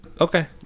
Okay